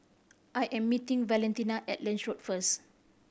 I am meeting Valentina at Lange Road first